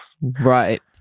right